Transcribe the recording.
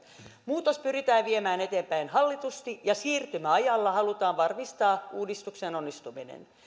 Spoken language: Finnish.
muutos pyritään viemään eteenpäin hallitusti ja siirtymäajalla halutaan varmistaa uudistuksen onnistuminen